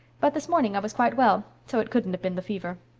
but this morning i was quite well, so it couldn't have been the fever.